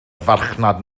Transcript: farchnad